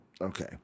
Okay